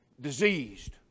Diseased